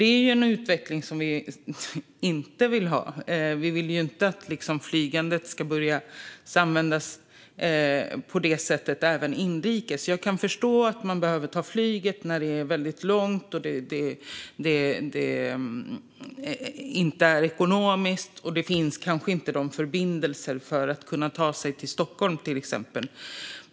Det är en utveckling vi inte vill ha - vi vill inte att flygandet ska börja användas på detta sätt även inrikes. Jag kan förstå att man behöver ta flyget när det är väldigt långt och det inte är ekonomiskt eller kanske inte heller finns förbindelser för att kunna ta sig till exempelvis Stockholm.